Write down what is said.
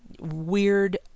weird